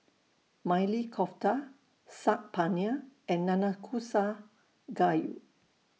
Maili Kofta Saag Paneer and Nanakusa Gayu